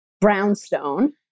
brownstone